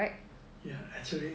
ya actually